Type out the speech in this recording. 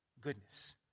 goodness